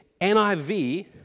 NIV